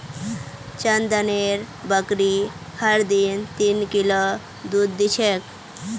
चंदनेर बकरी हर दिन तीन किलो दूध दी छेक